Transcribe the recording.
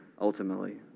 ultimately